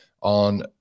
on